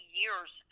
years